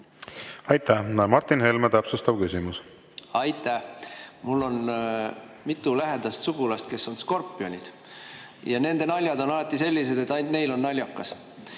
Aitäh! Martin Helme, täpsustav küsimus. Mul on mitu lähedast sugulast, kes on Skorpionid, ja nende naljad on alati sellised, et ainult neil on naljakas.